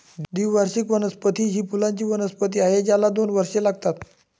द्विवार्षिक वनस्पती ही फुलांची वनस्पती आहे ज्याला दोन वर्षे लागतात